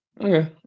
Okay